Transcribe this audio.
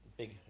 big